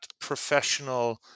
professional